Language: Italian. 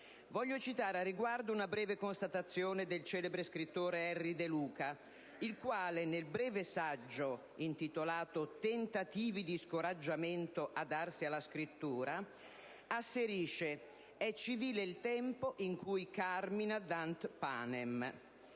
Voglio citare al riguardo una breve constatazione del celebre scrittore Erri De Luca, il quale, nel breve saggio intitolato «Tentativi di scoraggiamento (a darsi alla scrittura)», asserisce che «è civile il tempo in cui *carmina dant panem*».